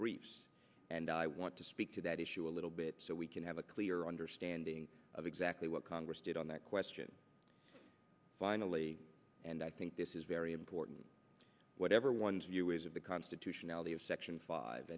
briefs and i want to speak to that issue a little bit so we can have a clear understanding of exactly what congress did on that question finally and i think this is very important whatever one's view is the constitutionality of section five